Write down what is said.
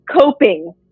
coping